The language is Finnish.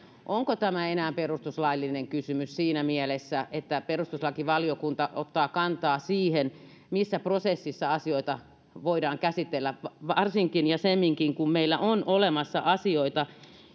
onko tämä enää perustuslaillinen kysymys siinä mielessä että perustuslakivaliokunta ottaa kantaa siihen missä prosessissa asioita voidaan käsitellä varsinkin ja semminkin kun meillä on olemassa asioita